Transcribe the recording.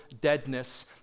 deadness